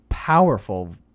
powerful